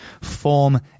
form